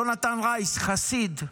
יהונתן רייס, חסיד,